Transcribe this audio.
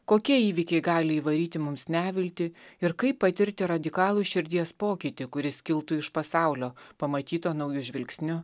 kokie įvykiai gali įvaryti mums neviltį ir kaip patirti radikalų širdies pokytį kuris kiltų iš pasaulio pamatyto nauju žvilgsniu